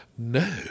no